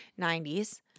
90s